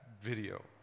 video